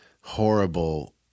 horrible